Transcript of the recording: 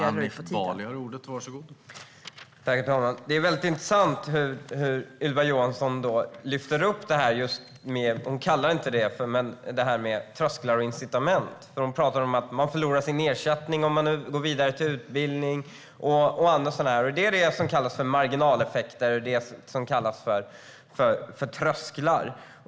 Herr talman! Det är intressant hur Ylva Johansson tar upp detta med trösklar och incitament. Hon säger att man förlorar sin ersättning om man går vidare till utbildning och så vidare. Det är detta som kallas för marginaleffekter, alltså trösklar.